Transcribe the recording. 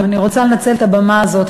אני רוצה לנצל את הבמה הזאת,